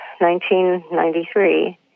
1993